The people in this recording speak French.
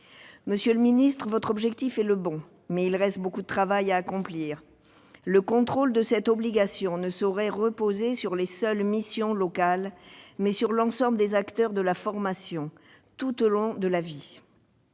Monsieur le ministre, votre objectif est le bon, mais il reste beaucoup de travail à accomplir. Le contrôle de cette obligation ne saurait reposer sur les seules missions locales. L'ensemble des acteurs de la formation tout au long de la vie